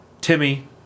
Timmy